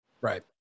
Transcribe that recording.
right